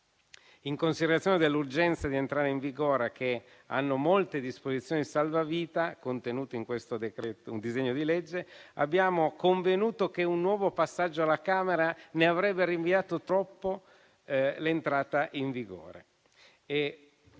In considerazione dell'urgenza di entrare in vigore che hanno molte disposizioni salvavita contenute in questo disegno di legge, abbiamo convenuto che un nuovo passaggio alla Camera ne avrebbe rinviato troppo l'entrata in vigore,